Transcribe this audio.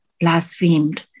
blasphemed